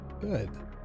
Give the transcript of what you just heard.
Good